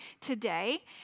today